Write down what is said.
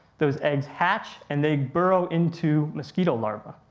those eggs hatch and they burrow into mosquito larva.